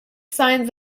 signs